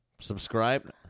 Subscribe